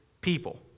people